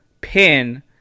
pin